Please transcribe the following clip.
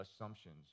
assumptions